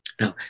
Now